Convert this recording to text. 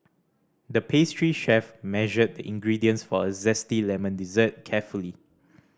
the pastry chef measured the ingredients for a zesty lemon dessert carefully